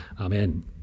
Amen